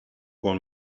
con